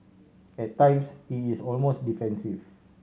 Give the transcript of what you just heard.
at times he is almost defensive